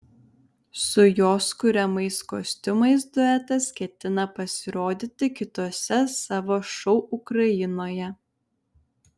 su jos kuriamais kostiumais duetas ketina pasirodyti kituose savo šou ukrainoje